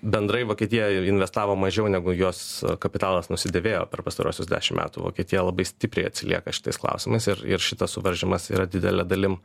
bendrai vokietija investavo mažiau negu jos kapitalas nusidėvėjo per pastaruosius dešim metų vokietija labai stipriai atsilieka šitais klausimais ir ir šitas suvaržymas yra didele dalim